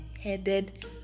headed